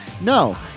no